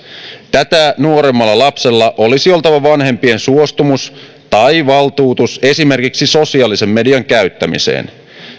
tätä nuoremmalla lapsella olisi oltava vanhempien suostumus tai valtuutus esimerkiksi sosiaalisen median käyttämiseen